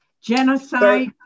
genocide